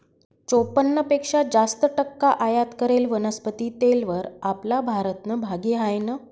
चोपन्न पेक्शा जास्त टक्का आयात करेल वनस्पती तेलवर आपला भारतनं भागी हायनं